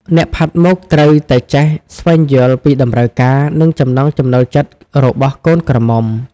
អ្នកផាត់មុខត្រូវតែចេះស្វែងយល់ពីតម្រូវការ និងចំណង់ចំណូលចិត្តរបស់កូនក្រមុំ។